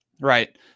right